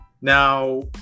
Now